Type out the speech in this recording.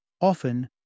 Often